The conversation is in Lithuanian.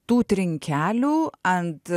tų trinkelių ant